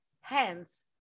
hence